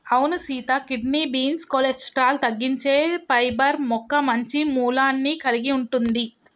అవును సీత kidney beans cholesterol తగ్గించే పైబర్ మొక్క మంచి మూలాన్ని కలిగి ఉంటుంది